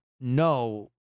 no